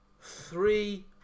three